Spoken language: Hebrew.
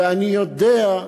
ואני יודע,